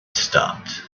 stopped